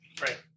right